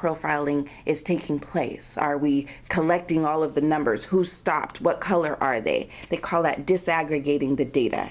profiling is taking place are we collecting all of the numbers who stopped what color are they the call that desegregating the data